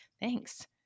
thanks